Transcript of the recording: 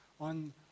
on